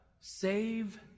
save